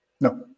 No